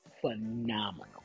phenomenal